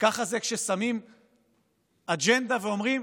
ככה זה כששמים אג'נדה ואומרים: